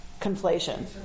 conflation